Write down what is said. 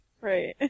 Right